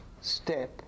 step